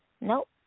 Nope